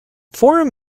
forum